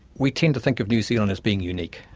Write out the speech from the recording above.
we tend to think of new zealand as being unique,